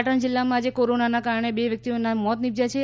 પાટણ જીલ્લામાં આજે કોરોનાના કારણે બે વ્યક્તિઓના મોત નિપજ્યાં છે